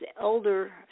elder